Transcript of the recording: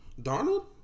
Darnold